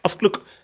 Look